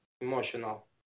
emotional